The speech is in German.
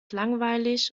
langweilig